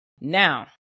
Now